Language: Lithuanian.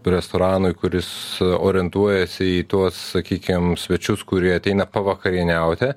restoranui kuris orientuojasi į tuos sakykim svečius kurie ateina pavakarieniauti